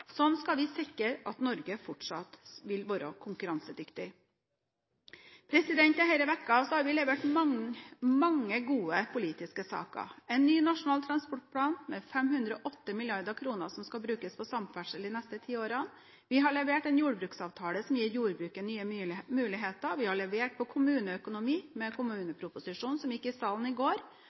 skal vi sikre at Norge fortsatt vil være konkurransedyktig. Denne uken har vi levert mange gode politiske saker – en ny nasjonal transportplan med 508 mrd. kr som skal brukes på samferdsel de neste ti årene, en jordbruksavtale som gir jordbruket nye muligheter, og kommuneproposisjonen, som ble behandlet i salen i går.